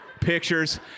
pictures